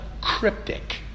cryptic